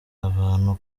abantu